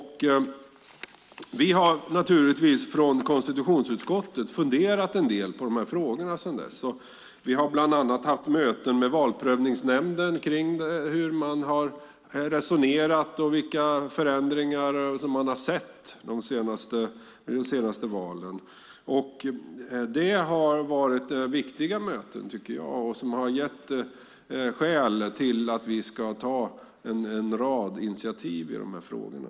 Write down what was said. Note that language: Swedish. Vi har naturligtvis i konstitutionsutskottet funderat en del på de här frågorna sedan dess. Vi har bland annat haft möte med Valprövningsnämnden om hur man har resonerat och om vilka förändringar man har sett vid de senaste valen. Det har varit viktiga möten, tycker jag, som har gett skäl för oss att ta en rad initiativ i de här frågorna.